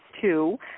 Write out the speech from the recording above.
two